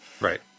Right